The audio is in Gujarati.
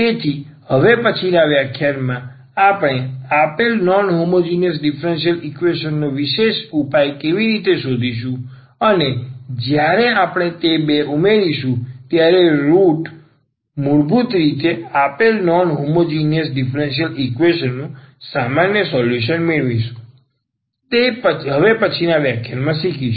તેથી હવે પછીના વ્યાખ્યાનમાં આપણે આપેલ નોન હોમોજીનીયસ ડીફરન્સીયલ ઈક્વેશન નો વિશેષ ઉપાય કેવી રીતે શોધીશું અને જ્યારે આપણે તે બે ઉમેરશું ત્યારે રુટ ભૂત રીતે આપેલ નોન હોમોજીનીયસ ડીફરન્સીયલ ઈક્વેશન નું સામાન્ય સોલ્યુશન મેળવીશું તે હવે પછીનાં વ્યાખ્યાનમાં શીખીશું